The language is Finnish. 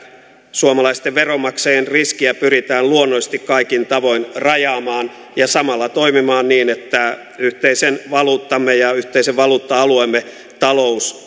suomalaisten veronmaksajien riskiä pyritään luonnollisesti kaikin tavoin rajaamaan ja samalla toimimaan niin että yhteisen valuuttamme ja yhteisen valuutta alueemme talous